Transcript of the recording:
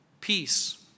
peace